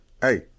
hey